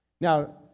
Now